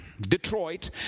Detroit